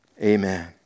Amen